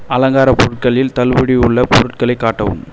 அலங்கார பொருட்களில் தள்ளுபடி உள்ள பொருட்களை காட்டவும்